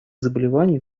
заболеваний